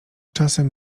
czasem